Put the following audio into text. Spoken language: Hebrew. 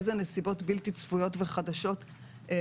איזה נסיבות בלתי צפויות וחדשות יש כאן.